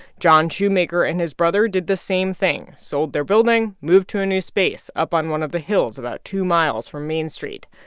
john shoemaker and his brother did the same thing sold their building, moved to a new space up on one of the hills about two miles from main street.